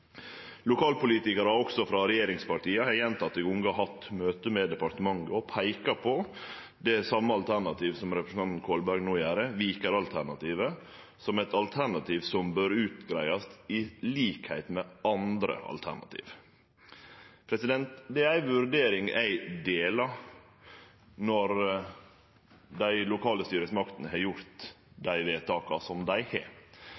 Lokalpolitikarar, også frå regjeringspartia, har gjentekne gonger hatt møte med departementet og peika på det same alternativet som representanten Kolberg no gjer, Viker-alternativet, som eit alternativ som bør greiast ut i likskap med andre alternativ. Det er ei vurdering eg er einig i når dei lokale styresmaktene har gjort dei vedtaka som dei har